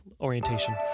orientation